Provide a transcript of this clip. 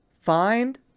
Find